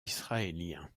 israélien